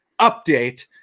update